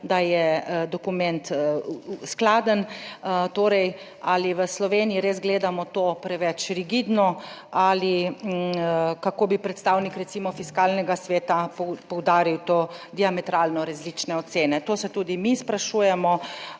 da je dokument skladen. Torej, ali v Sloveniji res gledamo to preveč rigidno ali kako bi predstavnik, recimo, Fiskalnega sveta poudaril to diametralno različne ocene? To se tudi mi sprašujemo.